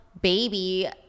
baby